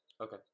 Okay